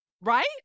right